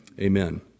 Amen